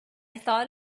thought